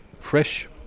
fresh